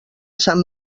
sant